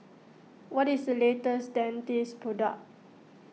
what is the latest Dentiste product